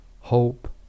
hope